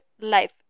life